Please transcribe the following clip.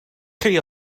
chi